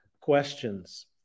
questions